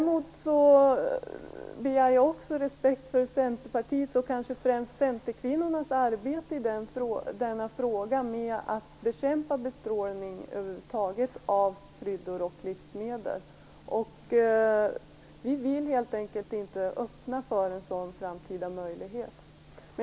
Men jag begär också respekt för Centerpartiets och kanske främst Centerkvinnornas arbete för att bekämpa bestrålning av kryddor och livsmedel över huvud taget. Vi vill helt enkelt inte öppna för en sådan framtida möjlighet.